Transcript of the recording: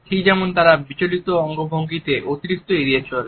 ঠিক যেমন তারা বিচলিত অঙ্গভঙ্গিকে অতিরিক্ত এড়িয়ে চলে